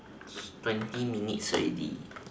twenty minutes already